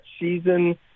season